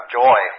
joy